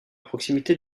proximité